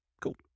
Cool